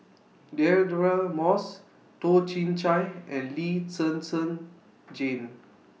Deirdre Moss Toh Chin Chye and Lee Zhen Zhen Jane